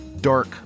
dark